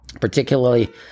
particularly